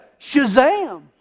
shazam